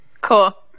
Cool